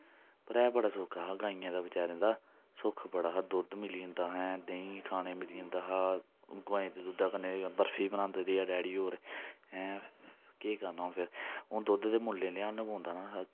पर ऐ बडा सौखा हा गाइयें दा बचारे दा सुख बड़ा हा दुद्ध मिली जंदा ऐ देहीं खाने गी मिली जंदा हा गवें दे दुद्धै कन्नै बर्फी बनांदे रेह् डैडी होर ऐं केह् करना हून दुद्ध ते मु'ल्लें लै आना पौंदा ना सारा